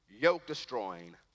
yoke-destroying